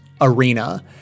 Arena